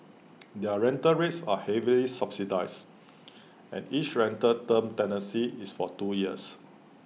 their rental rates are heavily subsidised and each rental term tenancy is for two years